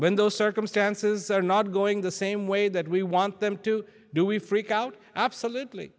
those circumstances are not going the same way that we want them to do we freak out absolutely